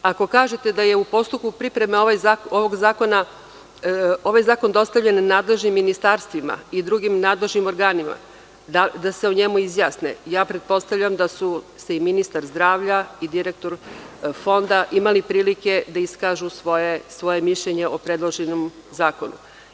Ako kažete da je u postupku pripreme ovaj zakon dostavljen nadležnim ministarstvima i drugim nadležnim organima da se o njemu izjasne, pretpostavljam da su i ministar zdravlja i direktor Fonda imali prilike da iskažu svoje mišljenje o predloženom zakonu.